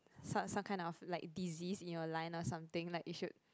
some some kind of like disease in your line or something like you should